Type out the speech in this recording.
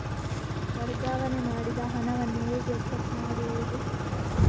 ವರ್ಗಾವಣೆ ಮಾಡಿದ ಹಣವನ್ನು ಹೇಗೆ ಚೆಕ್ ಮಾಡುವುದು?